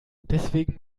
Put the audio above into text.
deswegen